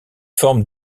formes